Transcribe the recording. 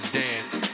dance